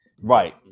Right